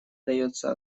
дается